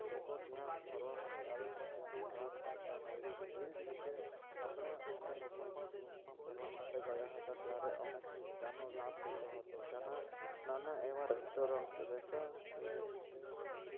લોકો ત્યાં ફરવા માટે આવે પણ તેનો સ્વાદ ચાખતા હોય છે એવી જ રીતે આપણે અમે લોકો પણ ગ્રૂપમાં ફરવા માટે ગયા હતા ત્યારે અમે ત્યાંનો લાભ લીધો હતો ત્યાંનાં નાના એવા રેસ્ટોરન્ટ્સ રેસ્ટોરન્ટસને લીધે જેવો કે